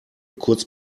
kurz